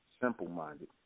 simple-minded